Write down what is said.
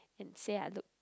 and say I look